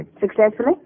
Successfully